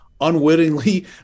unwittingly